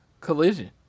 Collision